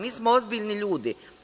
Mi smo ozbiljni ljudi.